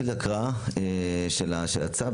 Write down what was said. הגנה על בריאות הציבור (מזון),